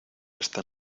esta